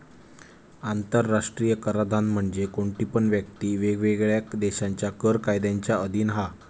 आंतराष्ट्रीय कराधान म्हणजे कोणती पण व्यक्ती वेगवेगळ्या देशांच्या कर कायद्यांच्या अधीन हा